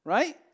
Right